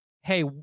hey